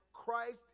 Christ